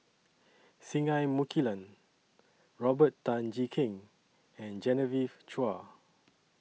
Singai Mukilan Robert Tan Jee Keng and Genevieve Chua